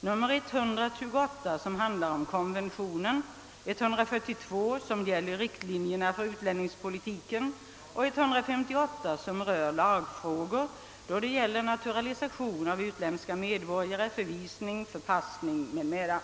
nr 128 som behandlar konventionen om begränsning av statslöshet och om begränsning av flerfaldigt medborgarskap m.m., nr 142 angående riktlinjer för utlännings Politiken m.m. samt nr 158 angående frågor rörande naturalisation av utländsk medborgare, förvisning och förpassning m.m.